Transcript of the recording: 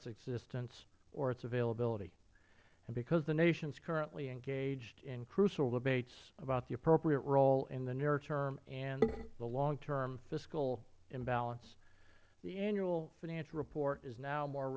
existence or its availability and because the nation is currently engaged in crucial debates about the appropriate role in the near term and the long term fiscal imbalance the annual financial report is now more